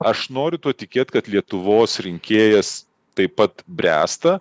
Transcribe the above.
aš noriu tuo tikėt kad lietuvos rinkėjas taip pat bręsta